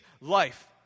life